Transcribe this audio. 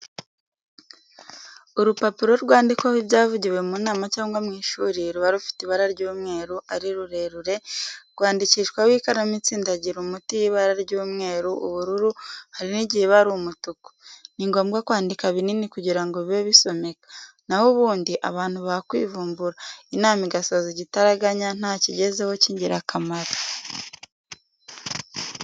Urupapuro rwandikwaho ibyavugiwe mu nama cyangwa mu ishuri, ruba rufite ibara ry'umweru, ari rurerure, rwandikishwaho ikaramu itsindagira umuti y'ibara ry'umweru, ubururu, hari n'igihe iba ari umutuku. Ni ngombwa kwandika binini kugira ngo bibe bisomeka, na ho ubundi abantu bakwivumbura, inama igasoza igitaraganya ntacyo igezeho cy'ingirakamaro.